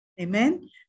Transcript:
amen